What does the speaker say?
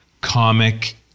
comic